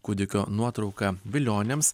kūdikio nuotrauka vilionėms